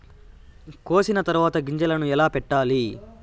కోసిన తర్వాత గింజలను ఎలా పెట్టాలి